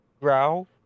Growl